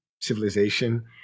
civilization